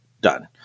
done